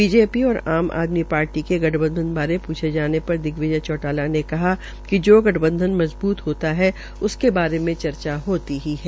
B ेपी और Aam Aadmi Party के गंठबंधन पूछे ने पर दिग्वि य चौटाला ने कहा कि ो गठबंधन म बूत होता है उसके बारे मे चर्चा होती ही है